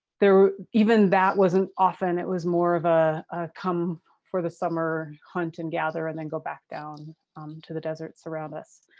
even that wasn't often. it was more of a come for the summer hunt and gather and then go back down to the deserts around us.